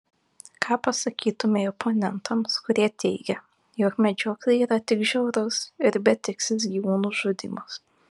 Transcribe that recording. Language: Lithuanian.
ką pasakytumei oponentams kurie teigia jog medžioklė yra tik žiaurus ir betikslis gyvūnų žudymas